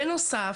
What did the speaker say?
בנוסף,